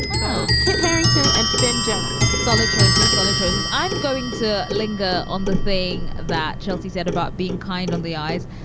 so kit harington and finn jones, solid choices solid choices. i'm going to linger on the thing that chelsea said about being kind on the eyes.